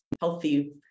healthy